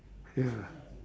ya